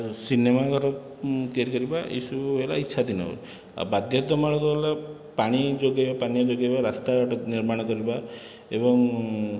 cinema ଘର ତିଆରି କରିବା ଏସବୁ ହେଲା ଇଚ୍ଛାଧୀନ ଆଉ ବାଧ୍ୟତାମୂଳକ ହେଲା ପାଣି ଯୋଗେଇବା ପାନୀୟ ଯୋଗେଇବା ରାସ୍ତା ଘାଟ ନିର୍ମାଣ କରିବା ଏବଂ